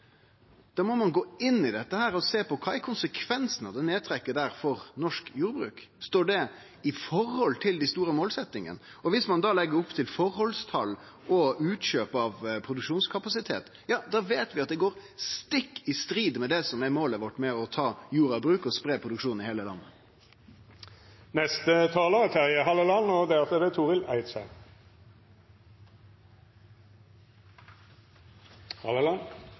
Da må ein gå inn i dette og sjå på kva som er konsekvensen for norsk jordbruk av det nedtrekket – står det i forhold til dei store målsetjingane? Viss ein da legg opp til forholdstal og utkjøp av produksjonskapasitet, veit vi at det skjer stikk i strid med det som er målet vårt: å ta jorda i bruk og spreie produksjonen over heile landet. La meg få begynne med å gratulere landbruket med avtalen. Landbruket står for mange gode og viktige verdier i samfunnet vårt, derfor er det